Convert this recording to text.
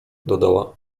dodała